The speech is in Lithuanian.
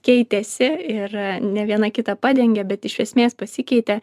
keitėsi ir ne viena kitą padengė bet iš esmės pasikeitė